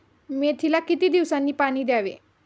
मेथीला किती दिवसांनी पाणी द्यावे?